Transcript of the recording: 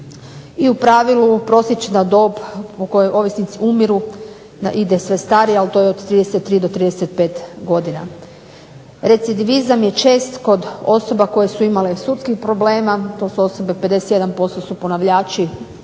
i u pravilu prosječna dob u kojoj ovisnici umiru, ide sve starije a to je od 33 do 35 godina. Recidivizam je čest kod osoba koje su imale sudskih problema, to su osobe od 51% su ponavljači